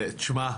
שמע,